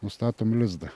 nustatom lizdą